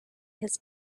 his